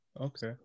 okay